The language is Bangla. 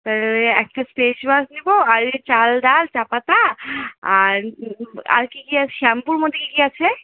তাওলে ওই একটা ফেসওয়াশ নেবো আর এই চাল ডাল চা পাতা আর আর কি কি আছে শ্যাম্পুর মধ্যে কি কি আছে